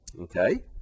Okay